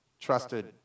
trusted